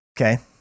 Okay